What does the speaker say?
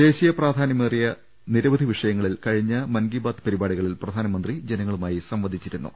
ദേശീയ പ്രാധാന്യമേറിയ നിരവധി വിഷയങ്ങളിൽ കഴിഞ്ഞ മൻ കി ബാത് പരിപാടികളിൽ പ്രധാനമന്ത്രി ജനങ്ങളുമായി സംവദിച്ചിരു ന്നു